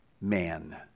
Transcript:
man